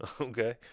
okay